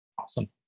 Awesome